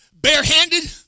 barehanded